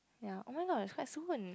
ya oh my god it's quite